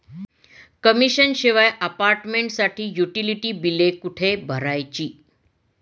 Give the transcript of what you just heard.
Commission शिवाय अपार्टमेंटसाठी utility बिले कुठे भरायची?